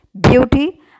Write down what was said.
beauty